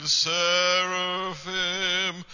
seraphim